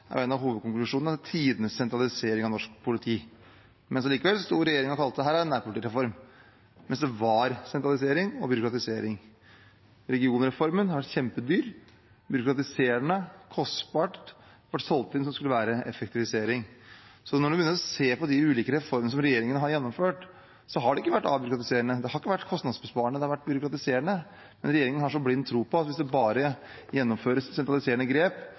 er en av hovedkonklusjonene: Tidenes sentralisering av norsk politi. Likevel sto regjeringen og kalte det en nærpolitireform, mens det var sentralisering og byråkratisering. Regionreformen har vært kjempedyr, byråkratiserende, kostbar – den ble solgt inn som om det skulle være effektivisering. Så når en begynner å se på de ulike reformene som regjeringen har gjennomført, har de ikke vært avbyråkratiserende, de har ikke vært kostnadsbesparende – de har vært byråkratiserende. Men regjeringen har så blind tro på at hvis det bare gjennomføres sentraliserende grep,